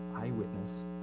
eyewitness